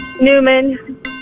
Newman